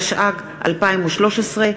התשע"ג 2013,